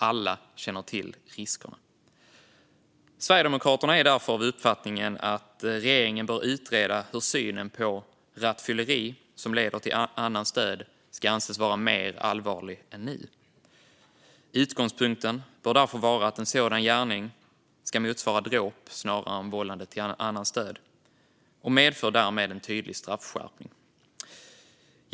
Alla känner till riskerna. Sverigedemokraterna är därför av uppfattningen att regeringen bör utreda hur rattfylleri som leder till annans död ska anses vara mer allvarligt än nu. Utgångspunkten bör vara att en sådan gärning ska motsvara dråp snarare än vållande till annans död och därmed medföra en tydlig straffskärpning.